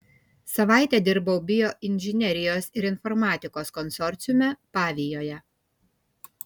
savaitę dirbau bioinžinerijos ir informatikos konsorciume pavijoje